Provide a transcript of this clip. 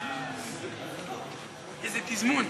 איזה תזמון.